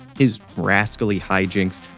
his rascally hijinks,